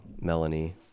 melanie